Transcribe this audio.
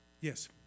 Yes